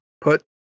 put